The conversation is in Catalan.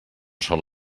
sol